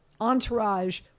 entourage